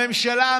הממשלה,